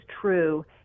true